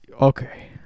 Okay